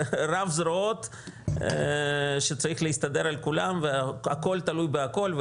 רב-זרועות, שצריך להסתדר עם כולם והכל תלוי בהכל.